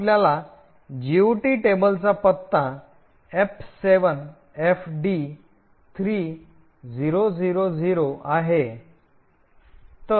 आपल्या जीओटी टेबलचा पत्ता F7FD3000 आहे